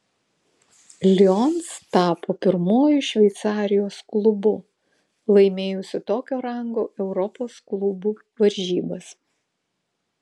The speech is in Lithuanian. lions tapo pirmuoju šveicarijos klubu laimėjusiu tokio rango europos klubų varžybas